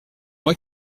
moi